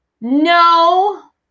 No